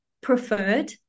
preferred